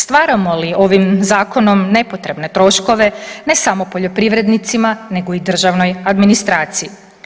Stvaramo li ovim Zakonom nepotrebne troškove, ne samo poljoprivrednicima nego i državnoj administraciji?